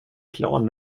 plan